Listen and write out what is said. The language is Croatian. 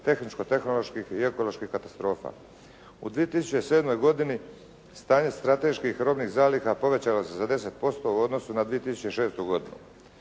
tehničko-tehnoloških i ekoloških katastrofa. U 2007. godini stanje strateških robnih zaliha povećalo se za 10% u odnosu na 2006. godinu.